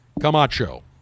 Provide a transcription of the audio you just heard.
Camacho